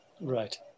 Right